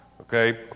okay